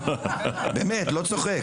באמת, לא צוחק.